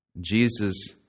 Jesus